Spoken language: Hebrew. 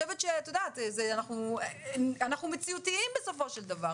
אנחנו מציאותיים בסופו של דבר.